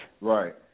Right